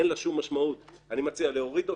אין בה שום משמעות, אני מציע להוריד אותה.